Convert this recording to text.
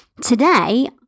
Today